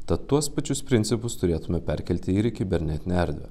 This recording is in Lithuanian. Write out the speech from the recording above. tad tuos pačius principus turėtume perkelti ir į kibernetinę erdvę